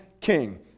king